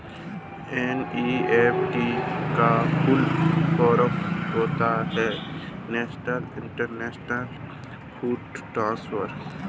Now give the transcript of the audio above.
NEFT का full form होता है नेशनल इलेक्ट्रॉनिक्स फण्ड ट्रांसफर